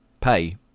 pay